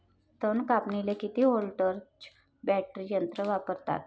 तन कापनीले किती व्होल्टचं बॅटरी यंत्र वापरतात?